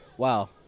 Wow